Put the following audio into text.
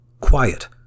Quiet